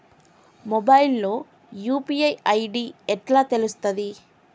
Mobile లో UPI ID ఎట్లా తెలుస్తది?